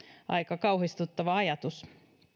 aika kauhistuttava ajatus